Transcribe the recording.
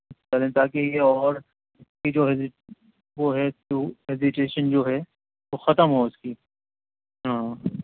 تاکہ یہ اور اس کی جو وہ ہے ہزیشیٹن جو ہے وہ ختم ہو اس کی ہاں